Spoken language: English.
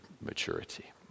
maturity